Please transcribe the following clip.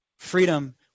Freedom